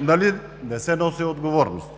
нали не се носи отговорност?